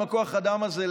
עם כוח האדם הזה,